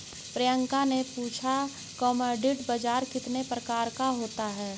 प्रियंका ने पूछा कि कमोडिटी बाजार कितने प्रकार का होता है?